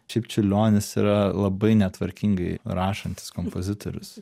šiaip čiurlionis yra labai netvarkingai rašantis kompozitorius